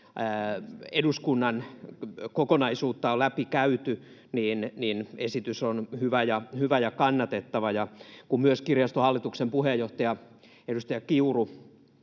eduskunnan kokonaisuutta on läpikäyty, niin esitys on hyvä ja kannatettava. Kun myös kirjaston hallituksen puheenjohtaja, edustaja Kiuru